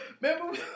Remember